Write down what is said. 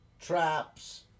traps